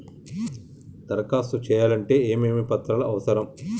దరఖాస్తు చేయాలంటే ఏమేమి పత్రాలు అవసరం?